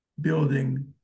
building